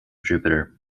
jupiter